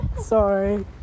Sorry